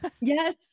yes